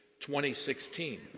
2016